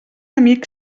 amic